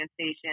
station